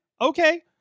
Okay